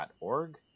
org